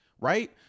Right